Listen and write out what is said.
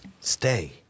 Stay